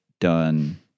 done